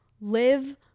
live